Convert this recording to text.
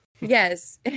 yes